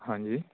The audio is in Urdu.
ہاں جی